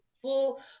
full